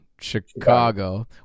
Chicago